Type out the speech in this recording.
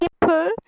people